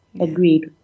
agreed